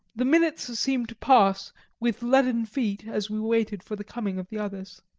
the minutes seemed to pass with leaden feet as we waited for the coming of the others.